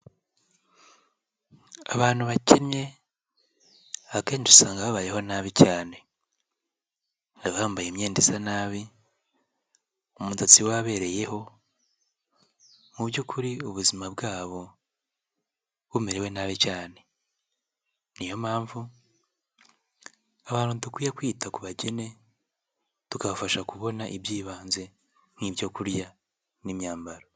Abantu bakennye akenshi usanga babayeho nabi cyane, baba bambaye imyenda isa nabi, umudatsi wabereyeho mu by'ukuri ubuzima bwabo bumerewe nabi cyane, niyo mpamvu abantu dukwiye kwita ku bakene tukabafasha kubona iby'ibanze nk'ibyo kurya n'imyambaro.